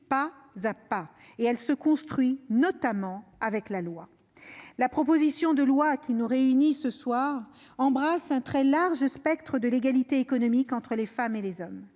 et sexiste. Elle se construit pas à pas, notamment grâce à la loi. La proposition de loi qui nous réunit ce soir embrasse un large spectre de l'égalité économique entre les femmes et les hommes.